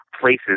places